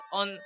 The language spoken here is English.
on